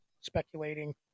speculating